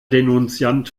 denunziant